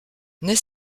n’est